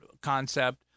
concept